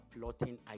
plotting